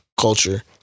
culture